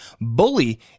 Bully